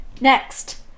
next